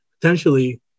potentially